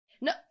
No